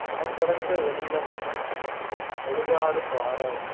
அணை கடந்த வெள்ளம் அழுதாலும் வாராது